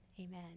Amen